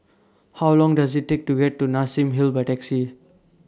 How Long Does IT Take to get to Nassim Hill By Taxi